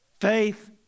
Faith